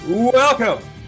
Welcome